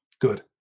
good